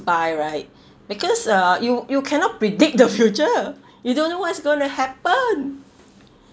by right because uh you you cannot predict the future you don't know what's going to happen